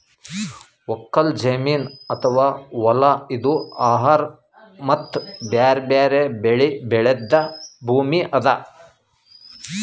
ಒಕ್ಕಲ್ ಜಮೀನ್ ಅಥವಾ ಹೊಲಾ ಇದು ಆಹಾರ್ ಮತ್ತ್ ಬ್ಯಾರೆ ಬ್ಯಾರೆ ಬೆಳಿ ಬೆಳ್ಯಾದ್ ಭೂಮಿ ಅದಾ